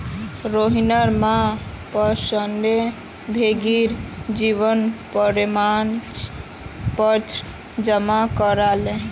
रोहिणीर मां पेंशनभोगीर जीवन प्रमाण पत्र जमा करले